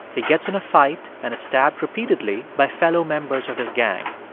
he gets in a fight and is stabbed repeatedly by fellow members of his gang.